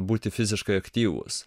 būti fiziškai aktyvūs